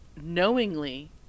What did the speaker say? knowingly